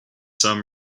sun